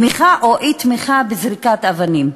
ומצד שני של תמיכה או אי-תמיכה בזריקת אבנים.